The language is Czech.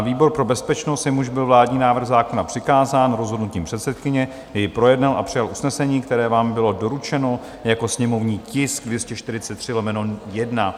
Výbor pro bezpečnost, jemuž byl vládní návrh zákon přikázán rozhodnutím předsedkyně, jej projednal a přijal usnesení, které vám bylo doručeno jako sněmovní tisk 243/1.